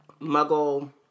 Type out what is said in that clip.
muggle